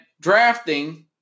drafting